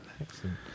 excellent